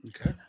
Okay